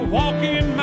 walking